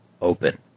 open